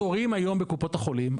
התורים היום בקופות החולים,